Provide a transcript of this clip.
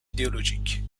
idéologique